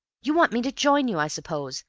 you want me to join you, i suppose?